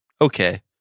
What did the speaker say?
okay